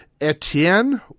Etienne